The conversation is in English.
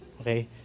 Okay